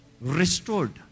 Restored